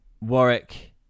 warwick